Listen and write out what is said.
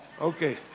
Okay